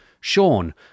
Sean